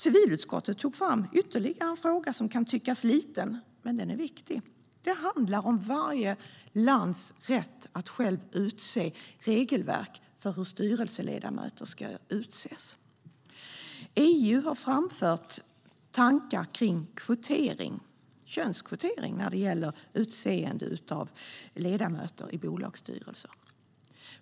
Civilutskottet tog fram ytterligare en fråga som kan tyckas liten, men den är viktig. Den handlar om varje lands rätt att självt utse regelverk för hur styrelseledamöter ska utses. EU har framfört tankar om könskvotering när ledamöter i bolagsstyrelser ska utses.